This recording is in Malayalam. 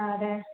ആ അതെ